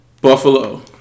Buffalo